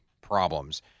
problems